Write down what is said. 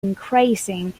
increasing